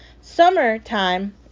Summertime